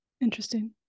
interesting